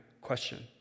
question